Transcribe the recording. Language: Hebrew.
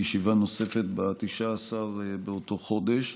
לישיבה נוספת ב-19 באותו חודש.